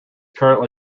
currently